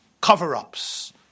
Cover-ups